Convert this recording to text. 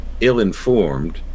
ill-informed